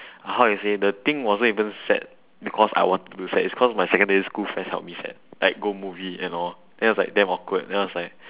how I say the thing wasn't even set because I wanted to set it's cause my secondary school friends help me set like go movie and all then I was like damn awkward then I was like